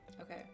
Okay